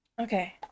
Okay